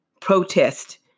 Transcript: protest